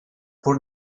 pur